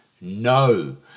no